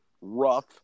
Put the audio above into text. rough